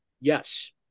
yes